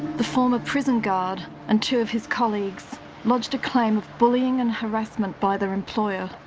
the former prison guard and two of his colleagues lodged a claim of bullying and harassment by their employer,